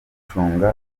gucunga